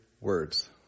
words